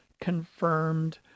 confirmed